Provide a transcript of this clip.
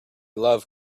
love